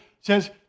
says